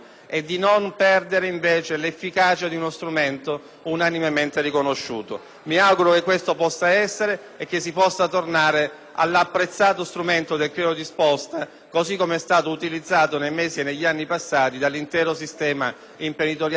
unanimemente riconosciuta dello strumento in oggetto. Mi auguro dunque che si possa tornare all'apprezzato strumento del credito d'imposta, così com'è stato utilizzato, nei mesi e negli anni passati, dall'intero sistema imprenditoriale del Paese e in particolare delle aree svantaggiate.